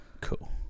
Cool